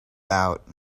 out